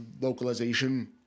localization